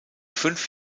fünf